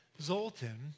Zoltan